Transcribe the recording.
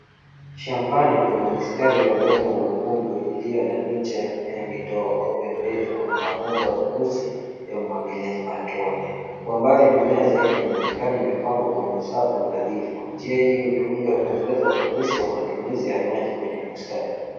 Shambani kuna mistari ya udongo mwekundu iliyo na miche ya mimea midogo. Pembeni kuna mabomba meusi ya umwagiliaji matone. Kwa mbali mimea zaidi inaonekana imepangwa kwenye safu na nadhifu. Njia hii hutumika kuongeza ufanisi wa matumizi ya maji kwenye bustani.